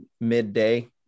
midday